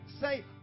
Say